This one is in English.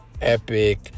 epic